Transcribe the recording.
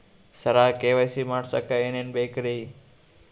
ಸರ KYC ಮಾಡಸಕ್ಕ ಎನೆನ ಬೇಕ್ರಿ?